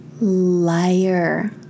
liar